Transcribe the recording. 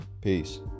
Peace